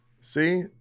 See